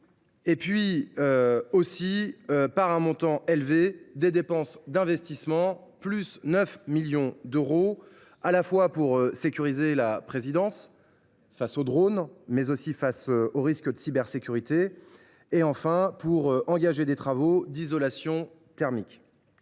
ainsi que par le montant élevé des dépenses d’investissement – plus de 9 millions d’euros – à la fois pour sécuriser la présidence face aux drones et face aux risques de cybersécurité et pour engager des travaux d’isolation thermique.